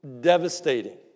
devastating